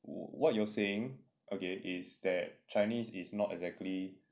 what you were saying okay is that chinese is not exactly